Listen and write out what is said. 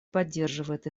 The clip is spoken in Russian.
поддерживает